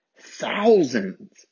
thousands